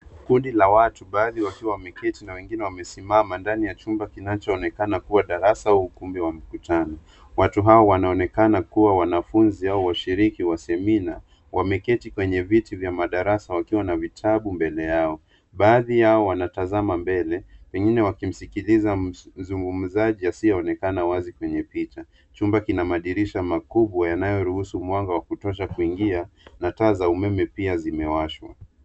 Kundi la watu baadhi wakiwa wameketi na wengine wamesimama ndani ya chumba kinachoonekana kuwa darasa au ukumbi wa mkutano. Watu hawa wanaonekana kuwa wanafunzi au washiriki wa semina wameketi kwenye viti vya madarasa wakiwa na vitabu mbele yao. Baadhi yao wanatazama mbele, pengine wakimsikiliza mzungumzaji asiyeonekana wazi kwenye picha. Chumba kina madirisha makubwa yanayo ruhusu mwanga wa kutosha kuingia, na taa za umeme pia zimewashwa.